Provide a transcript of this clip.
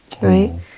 Right